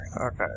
Okay